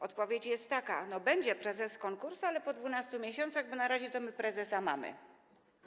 Odpowiedź jest taka: Będzie prezes z konkursu, ale po 12 miesiącach, bo na razie to my prezesa mamy.